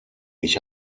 ich